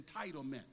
entitlement